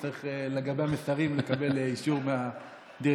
הוא צריך לקבל אישור לגבי המסרים מהדירקטוריון,